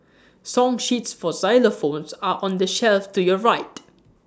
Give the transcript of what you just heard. song sheets for xylophones are on the shelf to your right